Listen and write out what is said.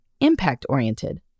impact-oriented